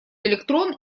электрон